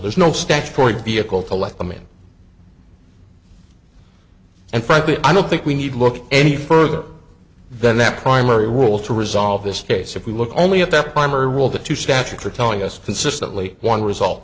there's no statutory vehicle to let them in and frankly i don't think we need look any further than that primary role to resolve this case if we look only at that time or will the two statutes are telling us consistently one result